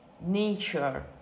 nature